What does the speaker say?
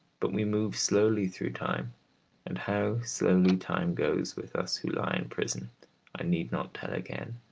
but we move slowly through time and how slowly time goes with us who lie in prison i need not tell again,